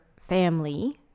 family